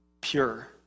pure